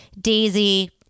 Daisy